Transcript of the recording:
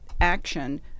action